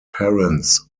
parents